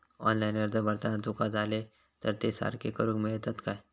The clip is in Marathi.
ऑनलाइन अर्ज भरताना चुका जाले तर ते सारके करुक मेळतत काय?